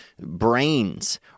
brains